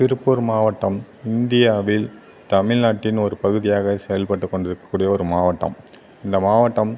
திருப்பூர் மாவட்டம் இந்தியாவில் தமிழ்நாட்டின் ஒரு பகுதியாக செயல்பட்டு கொண்டிருக்க கூடிய ஒரு மாவட்டம் இந்த மாவட்டம்